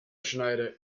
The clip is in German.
schneider